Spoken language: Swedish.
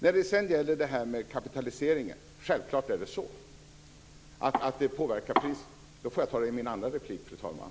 När det sedan gäller kapitaliseringen så påverkar den självfallet priset. Jag får ta detta i min andra replik, fru talman.